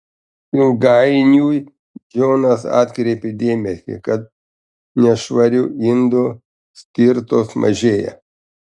ilgainiui džonas atkreipė dėmesį kad nešvarių indų stirtos mažėja